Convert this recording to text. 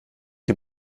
die